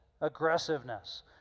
aggressiveness